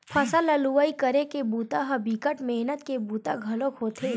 फसल ल लुवई करे के बूता ह बिकट मेहनत के बूता घलोक होथे